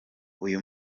uyu